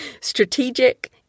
strategic